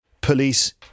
police